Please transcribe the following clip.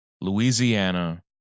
Louisiana